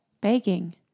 Baking